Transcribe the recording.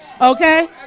okay